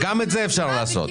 גם את זה אפשר לעשות.